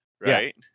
Right